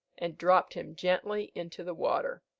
and dropped him gently into the water.